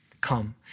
come